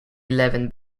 eleven